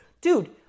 dude